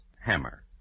Hammer